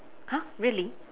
!huh! really